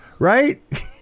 right